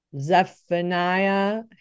Zephaniah